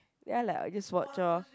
then like I'll just watch lor